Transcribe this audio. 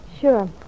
Sure